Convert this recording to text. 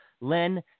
Len